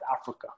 Africa